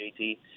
JT